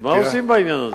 מה עושים בעניין הזה?